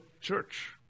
church